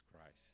Christ